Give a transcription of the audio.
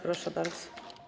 Proszę bardzo.